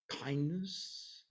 kindness